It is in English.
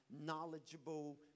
knowledgeable